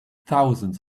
thousands